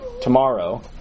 tomorrow